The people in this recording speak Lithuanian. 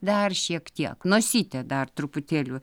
dar šiek tiek nosytę dar truputėlį